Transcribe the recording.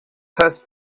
heißt